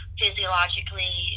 physiologically